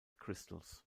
crystals